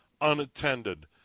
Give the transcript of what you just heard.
unattended